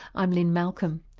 i'm lynne malcolm.